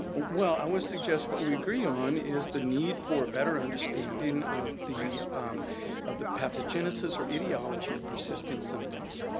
well, i would suggest suggest what we agree on is the need for better understanding of the of the pathogenesis or ideology or persisting symptoms.